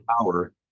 power